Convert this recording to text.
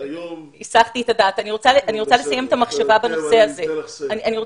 אני רוצה לסיים את המחשבה בנושא הזה.